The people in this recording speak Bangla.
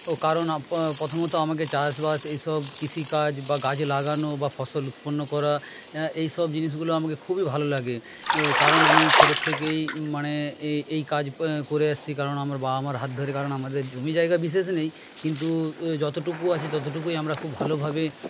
ও কারণ প্রথমত আমাকে চাষবাস এইসব কৃষিকাজ বা গাছ লাগানো বা ফসল উৎপন্ন করা এইসব জিনিসগুলো আমাকে খুবই ভালো লাগে কারণ আমি ছোটোর থেকেই মানে এই কাজ করে এসেছি কারণ আমার বাবা মার হাত ধরে কারণ আমাদের জমি জায়গা বিশেষ নেই কিন্তু যতটুকু আছে ততটুকুই আমরা খুব ভালোভাবে